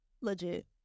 Legit